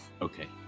Okay